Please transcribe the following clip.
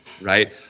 right